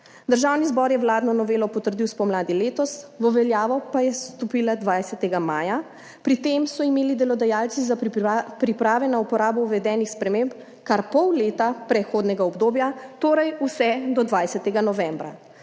Državni zbor je vladno novelo potrdil spomladi letos, v veljavo pa je stopila 20. maja. Pri tem so imeli delodajalci za priprave na uporabo uvedenih sprememb kar pol leta prehodnega obdobja, torej vse do 20. novembra.